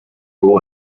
will